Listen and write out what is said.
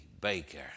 Baker